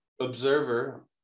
observer